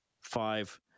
five